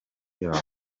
y’abo